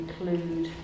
include